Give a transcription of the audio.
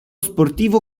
sportivo